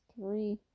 three